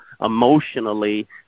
emotionally